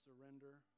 surrender